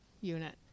unit